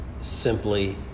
simply